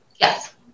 Yes